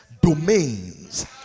domains